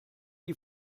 die